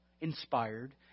inspired